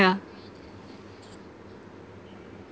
yeah